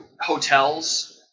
hotels